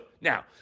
now